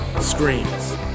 screens